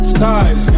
Style